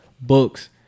books